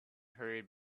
hurried